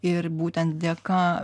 ir būtent dėka